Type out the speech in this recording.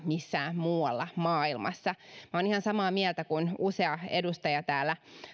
missään muualla maailmassa olen ihan samaa mieltä kuin mitä usea edustaja täällä